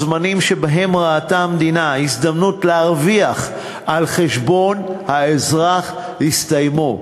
הזמנים שבהם ראתה המדינה הזדמנות להרוויח על חשבון האזרח הסתיימו.